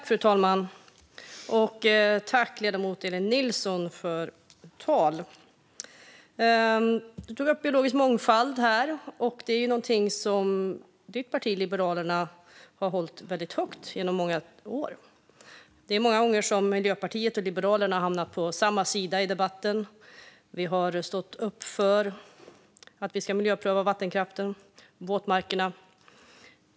Fru talman! Tack till ledamoten Elin Nilsson för ditt tal! Du tog upp biologisk mångfald. Det är någonting som ditt parti Liberalerna har hållit väldigt högt genom många år. Det är många gånger som Miljöpartiet och Liberalerna har hamnat på samma sida i debatten. Vi har stått upp för att vi ska miljöpröva vattenkraften och våtmarkerna.